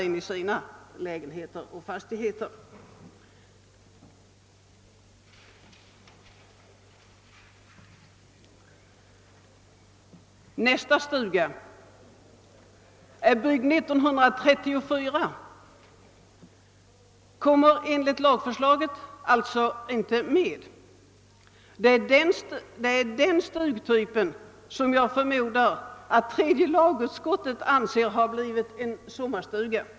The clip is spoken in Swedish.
Den andra stugan som jag vill behandla är byggd 1934 och den kommer inte med om lagförslaget bifalles. Jag förmodar att det är denna stugtyp som tredje lagutskottet anser har blivit sommarstuga.